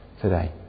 today